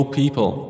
people